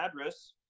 address